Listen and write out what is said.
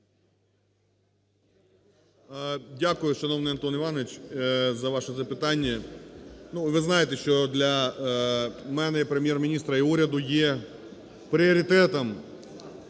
Дякую, шановний Антон Іванович, за ваше запитання. Ви знаєте, що для мене як Прем'єр-міністра і уряду є пріоритетом